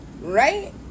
Right